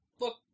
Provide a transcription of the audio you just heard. Look